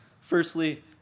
Firstly